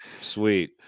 sweet